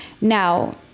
Now